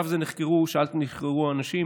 שאלת אם נחקרו אנשים.